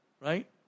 right